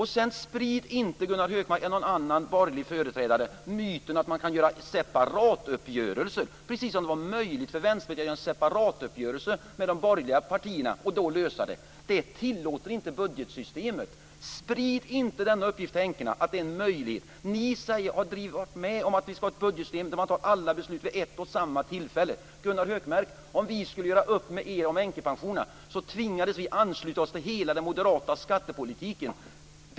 Och sprid inte, Gunnar Hökmark och andra borgerliga företrädare, myten att man kan göra separatuppgörelser, precis som om det vore möjligt för Vänsterpartiet att göra någon separatuppgörelse med de borgerliga partierna och på så sätt lösa detta. Det tillåter inte budgetsystemet. Sprid inte uppgiften till änkorna att det är en möjlighet. Ni har varit med på att vi ska ha ett budgetsystem där man tar alla beslut vid ett och samma tillfälle. Gunnar Hökmark! Om vi skulle göra upp med er om änkepensionerna tvingades vi ansluta oss till hela den moderata skattepolitiken.